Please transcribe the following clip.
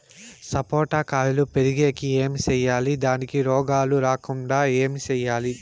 సపోట కాయలు పెరిగేకి ఏమి సేయాలి దానికి రోగాలు రాకుండా ఏమి సేయాలి?